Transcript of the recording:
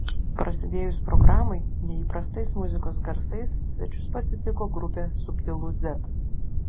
prasidėjus programai neįprastais muzikos garsais svečius pasitiko grupė subtilu z